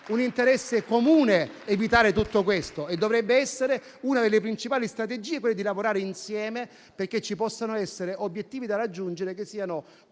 un interesse comune evitare tutto questo e dovrebbe essere una delle principali strategie lavorare insieme perché ci possano essere obiettivi da raggiungere che siano